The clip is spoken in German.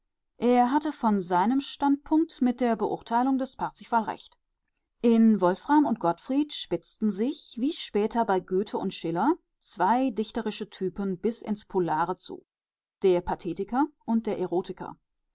er hatte von seinem standpunkt mit der beurteilung des parzival recht in wolfram und gottfried spitzten sich wie später bei goethe und schiller zwei dichterische typen bis ins polare zu der pathetiker und der erotiker